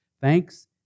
Thanks